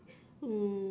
um